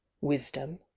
wisdom